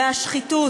מהשחיתות,